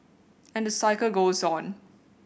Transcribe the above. and the cycle goes on